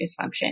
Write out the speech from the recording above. dysfunction